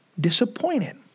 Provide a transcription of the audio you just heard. disappointed